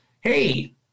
Hey